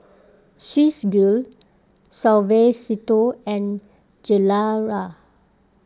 Swissgear Suavecito and Gilera